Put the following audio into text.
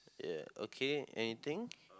ya okay anything